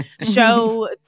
show